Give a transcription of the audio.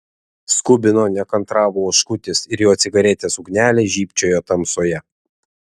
skubino nekantravo oškutis ir jo cigaretės ugnelė žybčiojo tamsoje